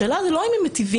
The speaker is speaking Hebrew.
השאלה היא לא אם הם מיטיבים.